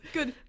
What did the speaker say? Good